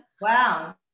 Wow